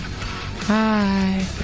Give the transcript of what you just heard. Hi